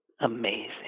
Amazing